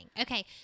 Okay